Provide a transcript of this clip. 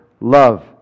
love